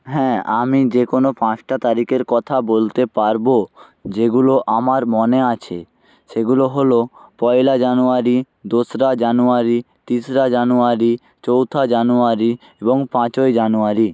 হ্যাঁ আমি যে কোনো পাঁচটা তারিখের কথা বলতে পারবো যেগুলো আমার মনে আছে সেগুলো হলো পয়লা জানুয়ারি দোসরা জানুয়ারি তিসরা জানুয়ারি চৌঠা জানুয়ারি এবং পাঁচই জানুয়ারি